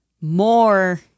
more